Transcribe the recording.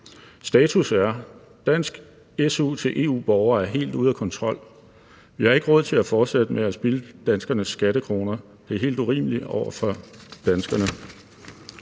Status er, at dansk su til EU-borgere er helt ude af kontrol. Vi har ikke råd til at fortsætte med at spilde danskernes skattekroner. Det er helt urimeligt over for danskerne.